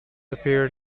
appeared